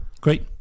Great